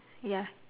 ya